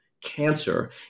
cancer